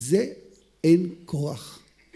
‫זה אין כוח.